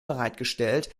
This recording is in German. bereitgestellt